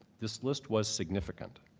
this list was significant.